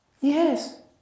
Yes